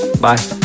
bye